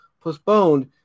postponed